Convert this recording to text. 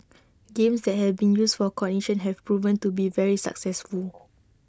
games that have been used for cognition have proven to be very successful